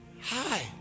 Hi